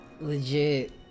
legit